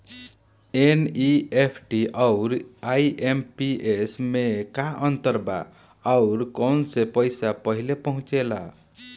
NEFT आउर IMPS मे का अंतर बा और आउर कौना से पैसा पहिले पहुंचेला?